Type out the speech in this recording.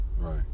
Right